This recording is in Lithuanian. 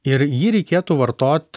ir jį reikėtų vartot